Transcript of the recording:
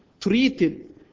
treated